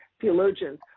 theologians